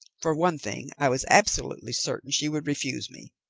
for one thing i was absolutely certain she would refuse me,